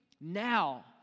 now